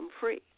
free